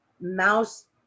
Mouse